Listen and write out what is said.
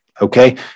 Okay